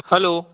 hello